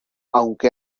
aunque